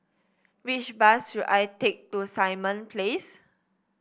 which bus should I take to Simon Place